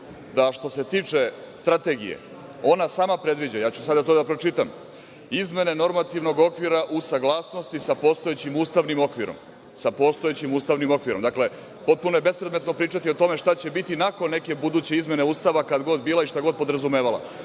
da što se tiče strategije, ona sama predviđa, ja ću sada to da pročitam, izmene normativnog okvira u saglasnosti sa postojećim ustavnim okvirom, sa postojećim ustavnim okvirom. Dakle, potpuno je bespredmetno pričati o tome šta će biti nakon neke buduće izmene Ustava, kad god bila i šta god podrazumevala.